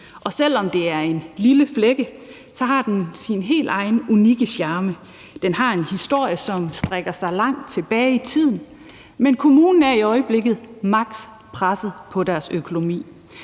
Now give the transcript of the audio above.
og selv om det er en lille flække, har den sin helt egen unikke charme. Den har en historie, som går langt tilbage i tiden, men kommunen er i øjeblikket maks. presset på sin økonomi.